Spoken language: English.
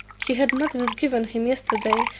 he had notice given him yesterday,